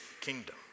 kingdom